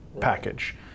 package